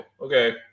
Okay